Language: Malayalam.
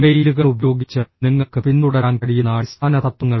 ഇമെയിലുകൾ ഉപയോഗിച്ച് നിങ്ങൾക്ക് പിന്തുടരാൻ കഴിയുന്ന അടിസ്ഥാന തത്വങ്ങൾ